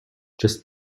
just